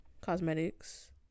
Cosmetics